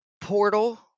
Portal